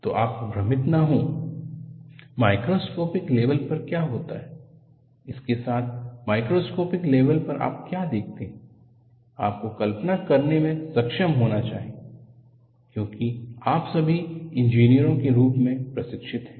तो आप भ्रमित न हो माइक्रोस्कोपिक लेवल पर क्या होता है इसके साथ मैक्रोस्कोपिक लेवल पर आप क्या देखते हैं आपको कल्पना करने में सक्षम होना चाहिए क्योंकि आप सभी इंजीनियरों के रूप में प्रशिक्षित हैं